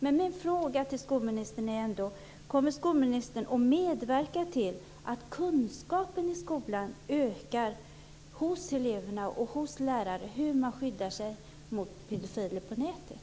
Men min fråga till skolministern är ändå: Kommer skolministern att medverka till att kunskapen i skolan ökar hos eleverna och hos lärarna när det gäller hur man skyddar sig mot pedofiler på nätet?